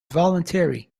voluntary